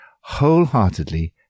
wholeheartedly